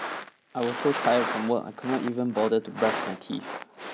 I was so tired from work I could not even bother to brush my teeth